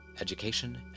education